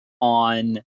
On